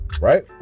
right